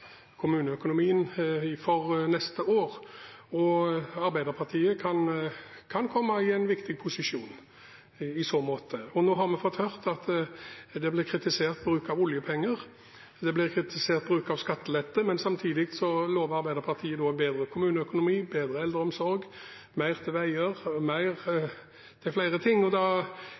kommuneøkonomien for 2018. Arbeiderpartiet kan komme i en viktig posisjon i så måte. Nå har vi hørt oljepengebruken bli kritisert, og man kritiserer bruken av skattelette. Samtidig lover Arbeiderpartiet en bedre kommuneøkonomi, bedre eldreomsorg, mer til veier og annet. Da er spørsmålet mitt ganske enkelt: Kan jeg få høre litt om hvordan skattepolitikken til